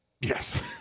yes